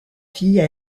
filles